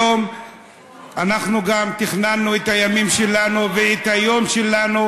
היום אנחנו גם תכננו את הימים שלנו ואת היום שלנו,